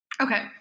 Okay